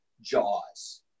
Jaws